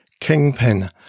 Kingpin